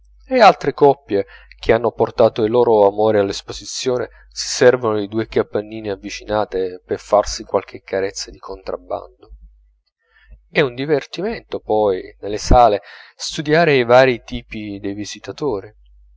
e altre coppie che hanno portato i loro amori all'esposizione si servono di due capannine avvicinate per farsi qualche carezza di contrabbando è un divertimento poi nelle sale studiare i varii tipi dei visitatori